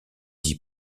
dix